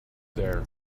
there